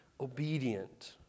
obedient